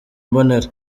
mbonera